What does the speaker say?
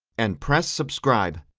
and press subscribe.